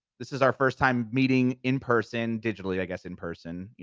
this is our first time meeting in-person, digitally i guess in-person.